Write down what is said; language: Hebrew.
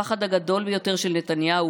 הפחד הגדול ביותר של נתניהו